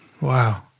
Wow